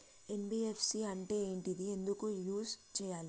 NBFC అంటే ఏంటిది ఎందుకు యూజ్ చేయాలి?